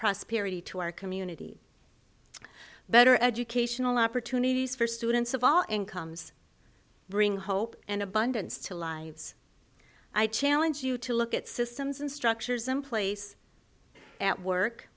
prosperity to our communities better educational opportunities for students of all incomes bring hope and abundance to lives i challenge you to look at systems and structures in place at work